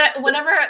Whenever